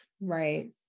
Right